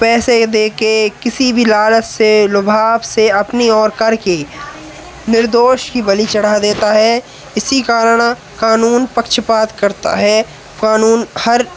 पैसे दे के किसी भी लालच से लुभाव से अपनी और कर के निर्दोष की बलि चढ़ा देता है इसी कारण कानून पक्षपात करता है कानून हर